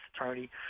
attorney